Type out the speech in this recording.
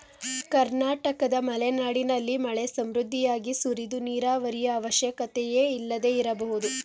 ಕರ್ನಾಟಕದ ಮಲೆನಾಡಿನಲ್ಲಿ ಮಳೆ ಸಮೃದ್ಧಿಯಾಗಿ ಸುರಿದು ನೀರಾವರಿಯ ಅವಶ್ಯಕತೆಯೇ ಇಲ್ಲದೆ ಇರಬಹುದು